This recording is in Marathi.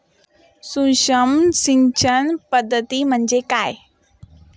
सूक्ष्म सिंचन पद्धती म्हणजे काय?